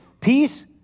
Peace